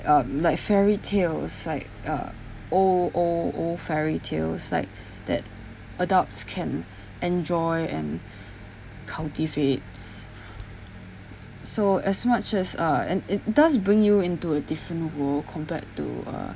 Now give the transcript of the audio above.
uh like fairy tales like uh old old old fairy tales like that adults can enjoy and cultivate so as much as uh and it does bring you into a different world compared to uh